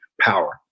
power